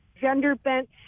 gender-bent